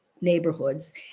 neighborhoods